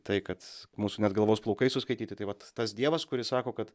tai kad mūsų net galvos plaukai suskaityti tai vat tas dievas kuris sako kad